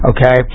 Okay